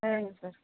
சரிங்க சார்